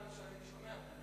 אני שומע.